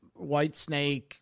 Whitesnake